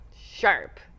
Sharp